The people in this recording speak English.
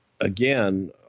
again